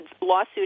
lawsuit